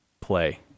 play